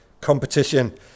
competition